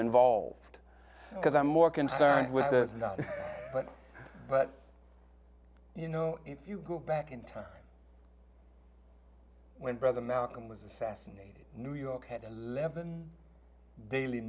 involved because i'm more concerned with not but but you know if you go back in time when brother malcolm was assassinated new york